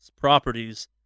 properties